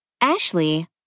Ashley